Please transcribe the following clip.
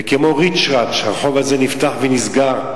וכמו ריצ'רץ' הרחוב הזה נפתח ונסגר.